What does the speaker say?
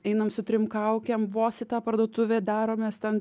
einam su trim kaukėm vos į tą parduotuvę daromės ten